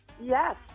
Yes